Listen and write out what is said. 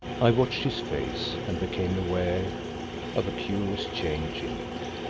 i watched his face and became aware of a curious change in it,